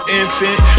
infant